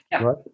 right